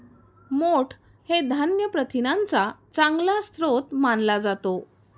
मोठ हे धान्य प्रथिनांचा चांगला स्रोत मानला जातो